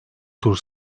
tur